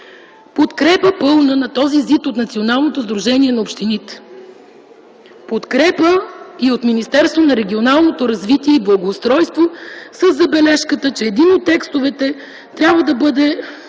и допълнение от Националното сдружение на общините; подкрепа и от Министерството на регионалното развитие и благоустройството със забележката, че един от текстовете трябва да бъде